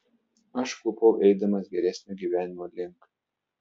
aš klupau eidamas geresnio gyvenimo link